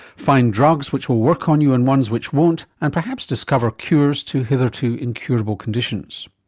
find drugs which will work on you and ones which won't, and perhaps discover cures to hitherto incurable conditions.